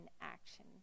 action